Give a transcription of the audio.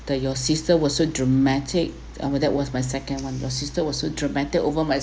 that your sister was so dramatic uh that was my second one your sister was so dramatic over my